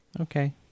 Okay